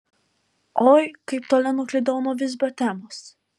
oi kaip toli nuklydau nuo visbio temos